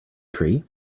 tree